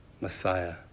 messiah